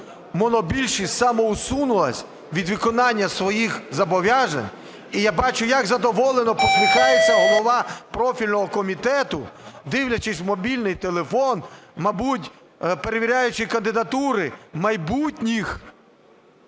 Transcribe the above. монобільшість самоусунулась від виконання своїх зобов'язань. І я бачу, як задоволено посміхається голова профільного комітету, дивлячись в мобільний телефон, мабуть, перевіряючи кандидатури майбутніх